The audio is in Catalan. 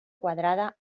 quadrada